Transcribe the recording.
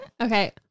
okay